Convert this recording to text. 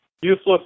useless